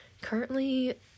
currently